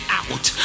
out